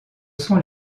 sont